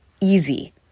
easy